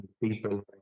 people